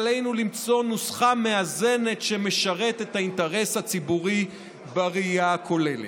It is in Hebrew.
עלינו למצוא נוסחה מאזנת שמשרתת את האינטרס הציבורי בראייה הכוללת.